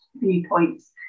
viewpoints